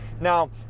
Now